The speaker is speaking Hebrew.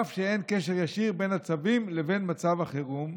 אף שאין קשר ישיר בין הצווים לבין מצב החירום,